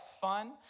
fun